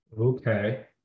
Okay